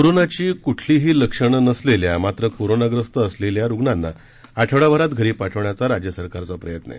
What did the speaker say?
कोरोनाची क्ठलीही लक्षणं नसलेल्या मात्र कोरोनाग्रस्त असलेल्या रुग्णांना आठवडाभरात घरी पाठविण्याचा राज्य सरकारचा प्रयत्न आहे